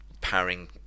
powering